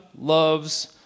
Loves